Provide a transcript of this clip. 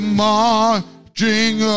marching